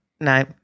No